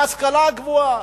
ההשכלה הגבוהה,